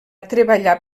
treballar